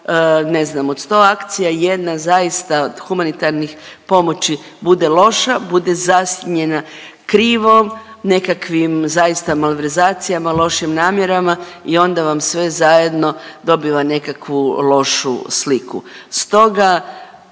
ne znam, od 100 akcija jedna zaista od humanitarnih pomoći bude loša, bude zasjenjena krivom nekakvim zaista malverzacijama, lošim namjerama i onda vam sve zajedno dobiva nekakvu lošu sliku, stoga,